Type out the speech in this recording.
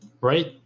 Right